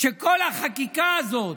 שכל החקיקה הזאת,